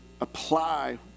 apply